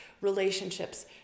relationships